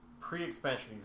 pre-expansion